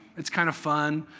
it's kind of fun.